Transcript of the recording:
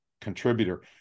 contributor